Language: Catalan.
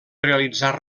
realitzar